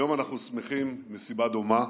היום אנחנו שמחים מסיבה דומה,